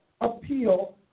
appeal